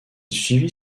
suivit